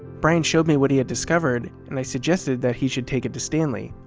bryan showed me what he had discovered and i suggested that he should take it to stanley.